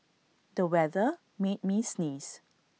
the weather made me sneeze